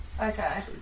Okay